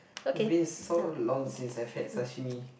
it's been so long since I've had sashimi